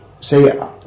say